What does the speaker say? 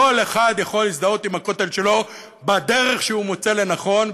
כל אחד יכול להזדהות עם הכותל שלו בדרך שהוא מוצא לנכון,